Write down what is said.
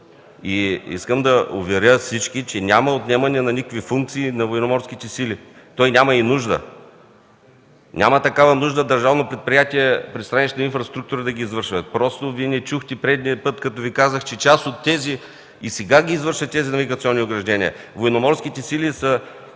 Искам да уверя всички, че няма отнемане на никакви функции на Военноморските сили. То няма и нужда. Няма такава нужда Държавното предприятие „Пристанищна инфраструктура” да ги извършва. Вие не чухте предния път, когато Ви казах, че част от тях и сега извършват тези навигационни ограждения. Военноморските сили са